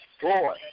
Four